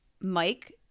mike